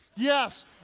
Yes